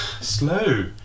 slow